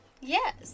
Yes